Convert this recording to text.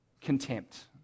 contempt